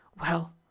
Well